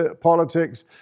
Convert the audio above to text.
politics